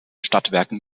stadtwerken